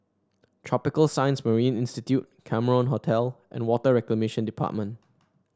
Tropical Science Marine Institute Cameron Hotel and Water Reclamation Department